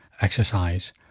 exercise